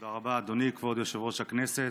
תודה רבה, אדוני כבוד יושב-ראש הכנסת.